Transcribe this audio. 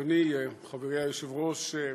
אדוני, חברי היושב-ראש,